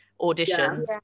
auditions